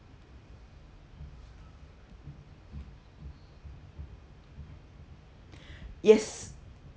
yes